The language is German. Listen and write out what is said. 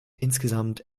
insgesamt